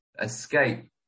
escape